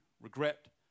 regret